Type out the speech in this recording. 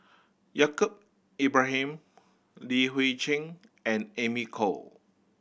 Yaacob Ibrahim Li Hui Cheng and Amy Khor